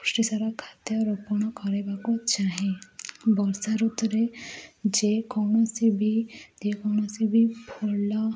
ପୃଷ୍ଟିସାର ଖାଦ୍ୟ ରୋପଣ କରିବାକୁ ଚାହେଁ ବର୍ଷା ଋତୁରେ ଯେକୌଣସି ବି ଯେକୌଣସି ବି ଫଳ